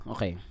Okay